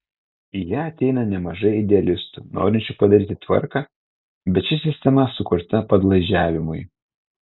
į ją ateina nemažai idealistų norinčių padaryti tvarką bet ši sistema sukurta padlaižiavimui